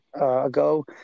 ago